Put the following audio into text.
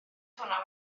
hwnna